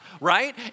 right